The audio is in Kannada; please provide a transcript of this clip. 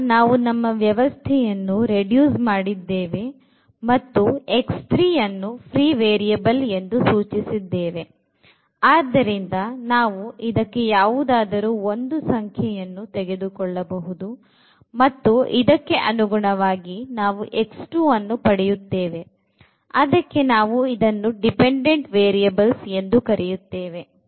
ಈಗ ನಮ್ಮ ವ್ಯವಸ್ಥೆಯನ್ನು reduce ಮಾಡಿದ್ದೇವೆ ಮತ್ತು ಅನ್ನು ಫ್ರೀ ವೇರಿಯಬಲ್ ಎಂದು ಸೂಚಿಸಿದ್ದೇವೆ ಆದ್ದರಿಂದ ನಾವು ಇದಕ್ಕೆ ಯಾವುದಾದರೂ ಒಂದು ಸಂಖ್ಯೆ ಅನ್ನು ತೆಗೆದುಕೊಳ್ಳಬಹುದು ಮತ್ತು ಇದಕ್ಕೆ ಅನುಗುಣವಾಗಿ ನಾವು ಅನ್ನು ಪಡೆಯುತ್ತೇವೆ ಅದಕ್ಕೆ ಇದನ್ನು ನಾವು dependent variables ಎಂದು ಕರೆಯುತ್ತೇವೆ